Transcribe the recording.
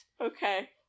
okay